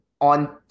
on